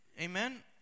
Amen